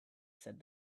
said